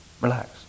relax